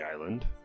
island